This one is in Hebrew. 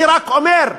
אני רק אומר: